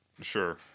Sure